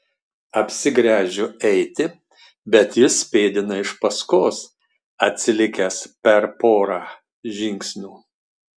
apsigręžiu eiti bet jis pėdina iš paskos atsilikęs per porą žingsnių